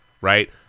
right